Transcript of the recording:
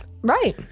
Right